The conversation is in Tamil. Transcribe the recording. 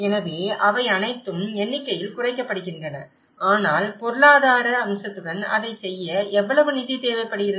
எனவே அவை அனைத்தும் எண்ணிகையில் குறைக்கப்படுகின்றன ஆனால் பொருளாதார அம்சத்துடன் அதைச் செய்ய எவ்வளவு நிதி தேவைப்படுகிறது